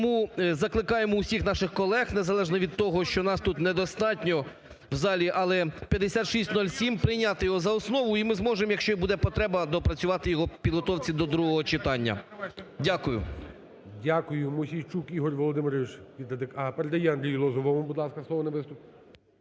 Тому закликаємо усіх наших колег, незалежно від того, що нас тут недостатньо в залі, але 5607 прийняти його за основу. І ми зможемо, якщо буде потреба, доопрацювати його в підготовці до другого читання. Дякую.